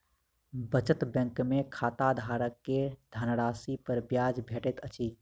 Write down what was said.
बचत बैंक में खाताधारक के धनराशि पर ब्याज भेटैत अछि